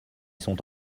sont